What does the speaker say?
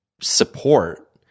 support